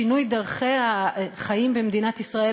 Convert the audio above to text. שינוי דרכי החיים במדינת ישראל,